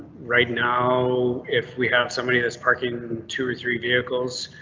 right now if we have somebody that's parking two or three vehicles,